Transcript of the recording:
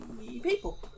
people